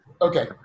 Okay